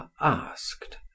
asked